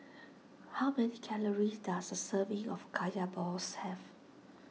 how many calories does a serving of Kaya Balls have